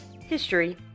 history